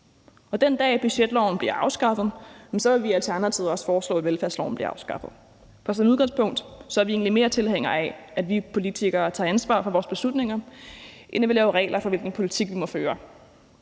Den dag budgetloven bliver afskaffet, vil vi i Alternativet også foreslå, at velfærdsloven bliver afskaffet. For som udgangspunkt er vi egentlig mere tilhængere af, at vi politikere tager ansvar for vores beslutninger, end at vi laver regler for, hvilken politik vi må føre.